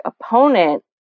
opponent